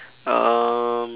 um